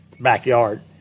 backyard